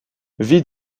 vit